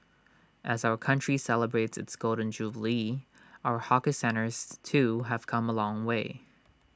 as our country celebrates its Golden Jubilee our hawker centres too have come A long way